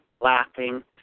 laughing